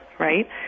right